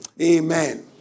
Amen